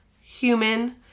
human